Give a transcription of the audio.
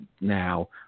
now